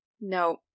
No